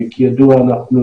כידוע אנחנו